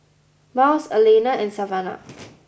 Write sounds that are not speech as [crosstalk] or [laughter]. Marlys Alaina and Savannah [noise]